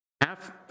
half